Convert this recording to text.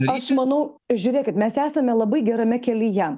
aš manau žiūrėkit mes esame labai gerame kelyje